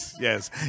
yes